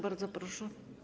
Bardzo proszę.